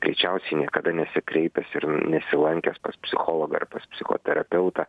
greičiausiai niekada nesikreipęs ir nesilankęs pas psichologą ar pas psichoterapeutą